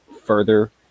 further